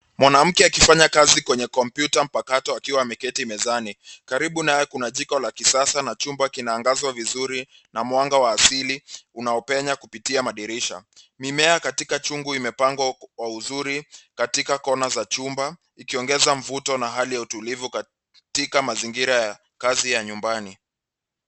Mwanamke akifanya kazi kwenye kompyuta mpakato akiwa ameketi mezani. Karibu naye kuna jiko la kisasa na chumba kinaangazwa vizuri na mwanga wa asili unaopenya kupitia madirisha. Mimea katika chungu imepangwa kwa uzuri katika kona za chumba ikiongeza mvuto na hali ya utulivu katika mazingira ya kazi ya nyumbani.